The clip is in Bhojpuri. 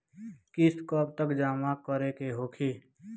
किस्त कब तक जमा करें के होखी?